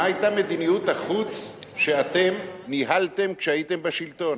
מה היתה מדיניות החוץ שאתם ניהלתם כשהייתם בשלטון?